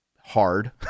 hard